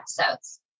episodes